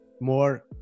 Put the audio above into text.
more